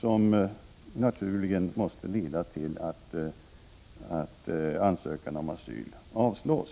som naturligen måste leda till att ansökningar om asyl avslås.